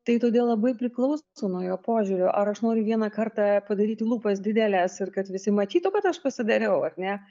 tai todėl labai priklauso nuo jo požiūrio ar aš noriu vieną kartą padaryti lūpas dideles ir kad visi matytų kad aš pasidariau ar ne